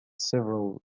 several